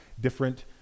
different